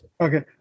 Okay